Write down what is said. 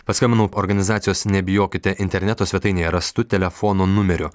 paskambinau organizacijos nebijokite interneto svetainėje rastu telefono numeriu